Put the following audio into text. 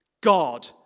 God